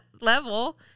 level